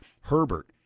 Herbert